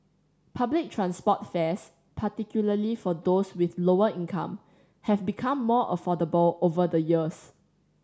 public transport fares particularly for those with lower income have become more affordable over the years